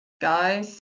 guys